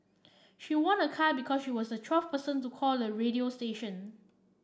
she won a car because she was the twelfth person to call the radio station